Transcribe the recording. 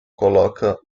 coloca